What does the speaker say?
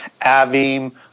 Avim